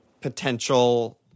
potential